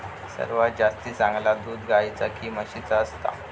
सर्वात जास्ती चांगला दूध गाईचा की म्हशीचा असता?